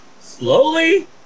slowly